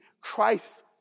Christ